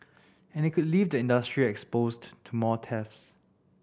and it could leave the industry exposed to more thefts